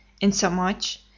insomuch